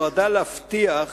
נועדה להבטיח